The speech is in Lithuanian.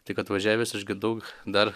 tik atvažiavęs išgirdau dar